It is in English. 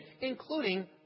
including